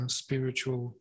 spiritual